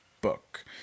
book